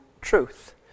truth